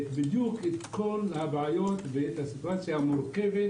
את כל הבעיות והסיטואציה המורכבת